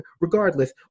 regardless